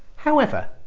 however,